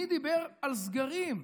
מי דיבר על סגרים,